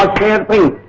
ah can't breathe.